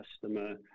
customer